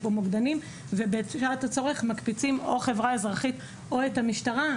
יש כאן מוקדנים ובשעת הצורך מקפיצים או חברה אזרחית או את המשטרה.